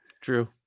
True